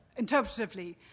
interpretatively